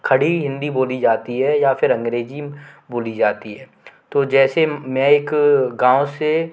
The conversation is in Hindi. खड़ी हिन्दी बोली जाती है या फिर अंग्रेज़ी बोली जाती है तो जैसे मैं एक गाँव से